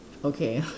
okay ya